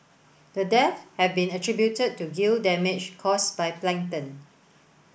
the deaths have been attributed to gill damage caused by plankton